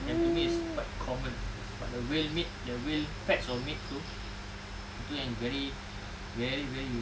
and to me it's quite common but the whale meat the whale fats on meat itu itu yang very very very unique